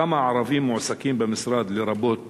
2. כמה ערבים מועסקים במשרד, לרבות